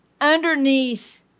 underneath